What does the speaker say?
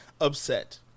upset